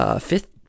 Fifth